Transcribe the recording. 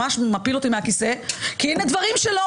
ממש מפיל אותי מהכיסא כי הנה דברים שלו